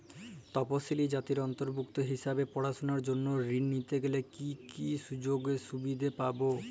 তফসিলি জাতির অন্তর্ভুক্ত হিসাবে পড়াশুনার জন্য ঋণ নিতে গেলে কী কী সুযোগ সুবিধে পাব?